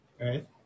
Right